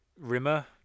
Rimmer